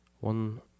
one